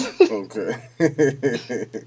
Okay